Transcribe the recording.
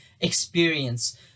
experience